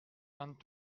vingt